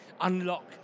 unlock